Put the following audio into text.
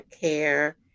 care